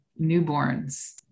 newborns